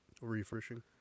refreshing